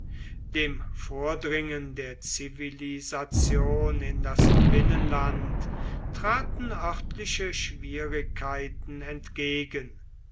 dem vordringen der zivilisation in das binnenland traten örtliche schwierigkeiten entgegen